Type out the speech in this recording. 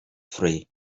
free